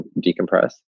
decompress